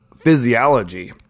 physiology